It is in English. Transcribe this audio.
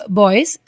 boys